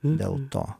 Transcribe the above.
dėl to